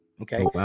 Okay